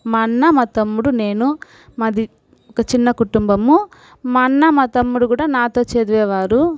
మా అన్న మా తమ్ముడు నేను మాది ఒక చిన్న కుటుంబము మా అన్న మా తమ్ముడు కూడా నాతో చదివేవారు